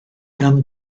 gan